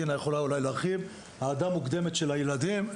ודינה אולי יכולה להרחיב העדה מוקדמת של הילדים.